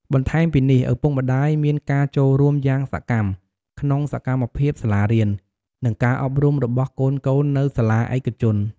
បន្ថែមពីនេះ ឪពុកម្តាយមានការចូលរួមយ៉ាងសកម្មក្នុងសកម្មភាពសាលារៀន និងការអប់រំរបស់កូនៗនៅសាលាឯកជន។